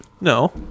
No